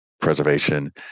preservation